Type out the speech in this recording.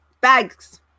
bags